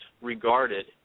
regarded